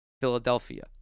Philadelphia